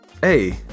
Hey